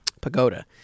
Pagoda